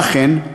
ואכן,